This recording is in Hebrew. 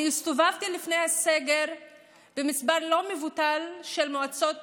אני הסתובבתי לפני הסגר במספר לא מבוטל של מועצות